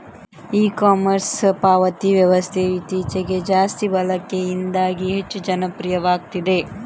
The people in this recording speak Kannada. ಇ ಕಾಮರ್ಸ್ ಪಾವತಿ ವ್ಯವಸ್ಥೆಯು ಇತ್ತೀಚೆಗೆ ಜಾಸ್ತಿ ಬಳಕೆಯಿಂದಾಗಿ ಹೆಚ್ಚು ಜನಪ್ರಿಯವಾಗ್ತಿದೆ